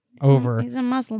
over